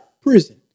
prison